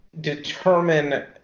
determine